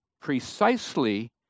precisely